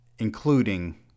including